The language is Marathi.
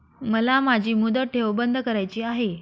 मला माझी मुदत ठेव बंद करायची आहे